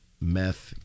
meth